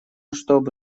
чтобы